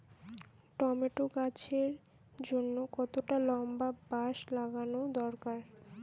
Tomato গাছের জন্যে কতটা লম্বা বাস লাগানো দরকার?